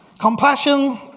Compassion